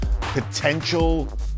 potential